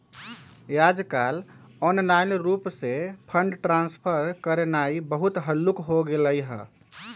याजकाल ऑनलाइन रूप से फंड ट्रांसफर करनाइ बहुते हल्लुक् हो गेलइ ह